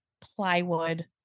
plywood